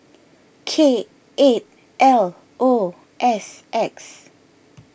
K eight L O S X